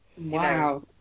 wow